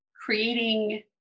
creating